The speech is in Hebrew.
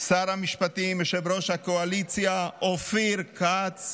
שר המשפטים, יושב-ראש הקואליציה אופיר כץ,